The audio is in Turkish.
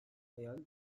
hayal